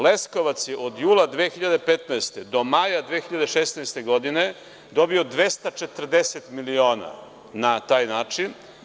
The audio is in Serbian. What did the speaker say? Leskovac je od jula 2015. do maja 2016. godine dobio 240 miliona na taj način.